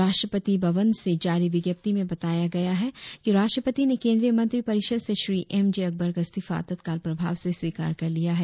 राष्ट्रपति भवन की जारी विज्ञप्ति में बताया गया है कि राष्ट्रपति ने केन्द्रीय मंत्री परिषद से श्री एमजे अकबर का इस्तीफा तत्काल प्रभाव से स्वीकार कर लिया है